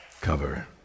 cover